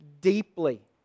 deeply